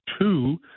two